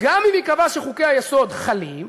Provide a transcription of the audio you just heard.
גם אם ייקבע שחוקי-היסוד חלים,